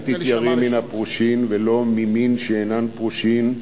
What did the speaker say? אל תתייראי מן הפרושין ולא ממי שאינן פרושין,